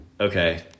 Okay